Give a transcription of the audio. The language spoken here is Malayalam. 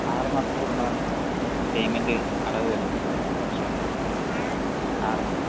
ആറ് മാസം കൂടുമ്പോഴാണ് പേയ്മെന്റ് അടവ് വരുന്നത് ഇൻഷുറൻസിൻ്റെ ആറ് മാസം